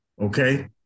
Okay